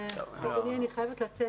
אדוני, אני חייבת לצאת.